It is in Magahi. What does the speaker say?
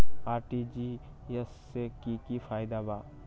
आर.टी.जी.एस से की की फायदा बा?